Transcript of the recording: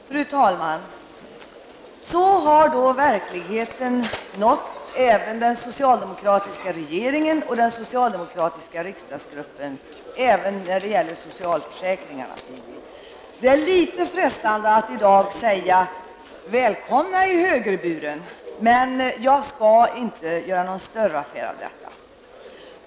Fru talman! Så har då verkligheten nått den socialdemokratiska regeringen och den socialdemokratiska riksdagsgruppen även beträffande socialförsäkringarna. Det är litet frestande att i dag säga: Välkomna in i högerburen. Men jag skall inte göra någon större affär av detta.